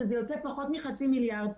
שזה יוצא פחות מחצי מיליארד,